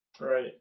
Right